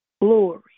glory